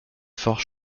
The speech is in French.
forts